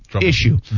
issue